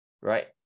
right